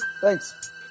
Thanks